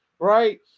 Right